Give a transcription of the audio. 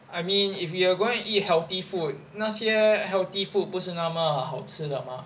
I mean if you going to eat healthy food 那些 healthy food 不是那么好吃的 mah